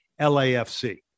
LAFC